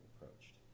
approached